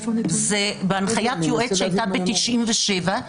זה בהנחיית יועץ שהייתה ב-1997.